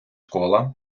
кола